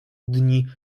dni